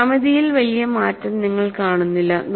ജ്യാമിതിയിൽ വലിയ മാറ്റം നിങ്ങൾ കാണുന്നില്ല